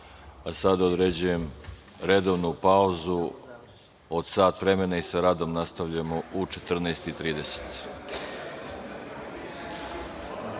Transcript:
pa sada određujem redovnu pauzu od sat vremena. Sa radom nastavljamo u 14,30